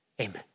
Amen